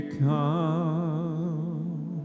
come